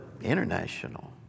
international